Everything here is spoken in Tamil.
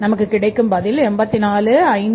நமக்கு கிடைக்கும் பதில் 8453088